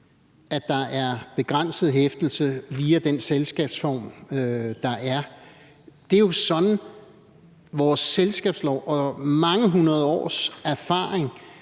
at der er begrænset hæftelse via den selskabsform, der er. Det er jo sådan, vores selskabslov og mange hundrede års erfaring